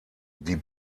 die